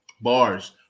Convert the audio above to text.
Bars